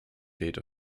date